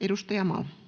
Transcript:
[Speech 252]